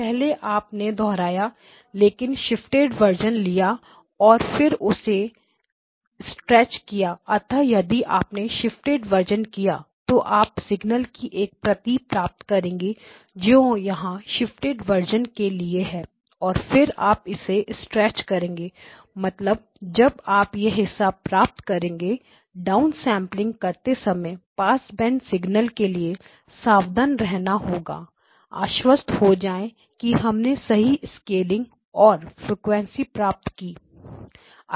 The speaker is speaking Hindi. पहले आप ने दोहराया लेकिन शिफ्टेड वर्जन लिया और फिर उस से स्ट्रेच किया अतः यदि आपने शिफ्टेड वर्जन किया तो आप सिग्नल की एक प्रति प्राप्त करेंगे जो यहां शिफ्टेड वर्जन के लिए है और फिर आप इसे स्ट्रेच करेंगे मतलब जब आप यह हिस्सा प्राप्त करेंगे डाउनसेंपलिंग करते समय पासबैंड सिग्नल के लिए सावधान रहना होगा आश्वस्त हो जाए कि हमने सही स्केलिंग और फ्रीक्वेंसी प्राप्त की